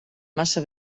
massa